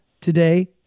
today